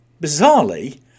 Bizarrely